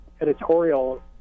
editorial